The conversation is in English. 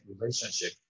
relationship